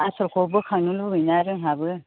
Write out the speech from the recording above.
आस'लखौ बोखांनो लुगैयोना जोंहाबो